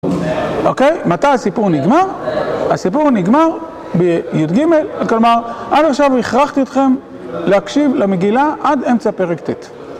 אוקיי, מתי הסיפור נגמר? הסיפור נגמר בי״ג, כלומר אני עכשיו הכרחתי אתכם להקשיב למגילה עד אמצע פרק ט'.